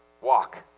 Walk